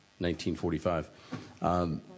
1945